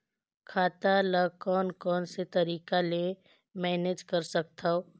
खाता ल कौन कौन से तरीका ले मैनेज कर सकथव?